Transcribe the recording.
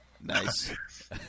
Nice